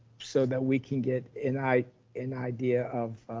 so that we can get an i an idea of